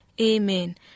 Amen